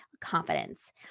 confidence